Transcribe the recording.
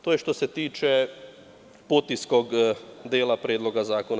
To je što se tiče potiskog dela Predloga zakona.